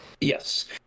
Yes